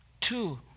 Two